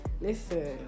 listen